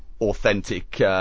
authentic